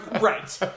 Right